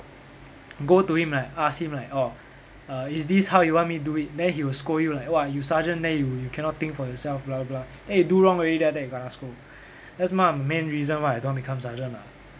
go to him like ask him like orh err is this how you want me do it then he will scold you like !wah! you sergeant then you you cannot think for yourself blah blah blah then you do wrong already then after that you kena scold that's one of the main reason why I don't want become sergeant ah